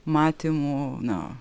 matymų na